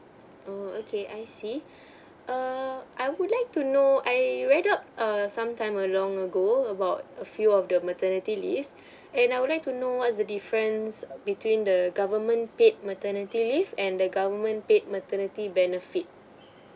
oo okay I see um I would like to know I read up err sometime a long ago about a few of the maternity leave and I would like to know what's the difference between the government paid maternity leave and the government paid maternity benefit